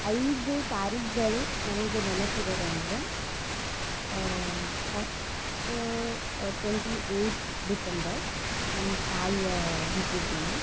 ಐದು ತಾರೀಕುಗಳು ನನಗೆ ನೆನಪಿರೋದಂದರೆ ಫಸ್ಟು ಟ್ವೆಂಟಿ ಏಯ್ತ್ ಡಿಸೆಂಬರ್ ನಮ್ಮ ತಾಯಿಯ ಹುಟ್ಟಿದ ದಿನ